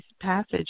passage